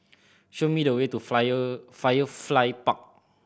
show me the way to Firefly Park